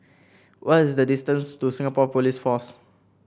what is the distance to Singapore Police Force